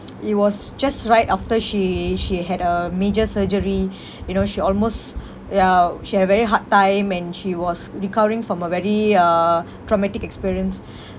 it was just right after she she had a major surgery you know she almost uh ya she had very hard time and she was recovering from a very uh traumatic experience